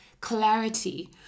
clarity